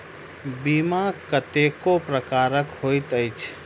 बीमा कतेको प्रकारक होइत अछि